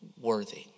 worthy